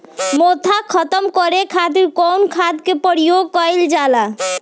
मोथा खत्म करे खातीर कउन खाद के प्रयोग कइल जाला?